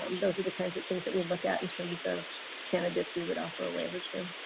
um those are the kinds of things that we look at in terms of candidates we would offer a waiver to.